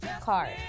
car